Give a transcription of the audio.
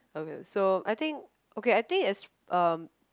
okay so I think okay I think it's um